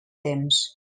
temps